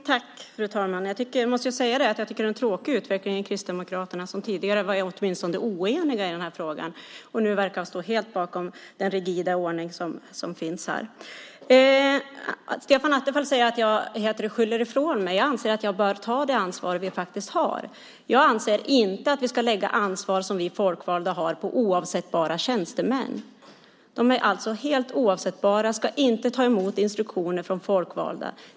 Fru talman! Jag måste säga att jag tycker det är en tråkig utveckling i Kristdemokraterna som tidigare åtminstone var oeniga i den här frågan. Nu verkar de helt stå bakom den rigida ordning som finns. Stefan Attefall säger att jag skyller ifrån mig. Jag anser att vi bör ta det ansvar vi faktiskt har. Jag anser inte att vi ska lägga det ansvar som vi folkvalda har på oavsättbara tjänstemän. De är alltså helt oavsättbara och ska inte ta emot instruktioner från de folkvalda.